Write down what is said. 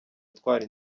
utwara